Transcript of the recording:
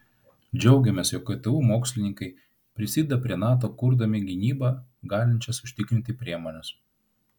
džiaugiamės jog ktu mokslininkai prisideda prie nato kurdami gynybą galinčias užtikrinti priemones